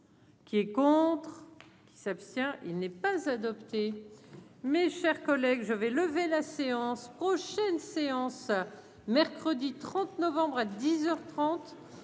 avis défavorables. Qui s'abstient, il n'est pas adopté. Mes chers collègues, je vais le. Et la séance prochaine séance mercredi 30 novembre à 10